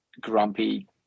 grumpy